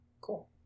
cool